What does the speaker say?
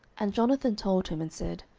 and jonathan told him, and said,